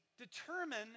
determine